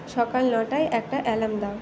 সকাল নটায় একটা অ্যালার্ম দাও